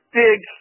big